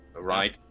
right